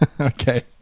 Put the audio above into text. Okay